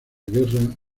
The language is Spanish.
guerra